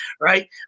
right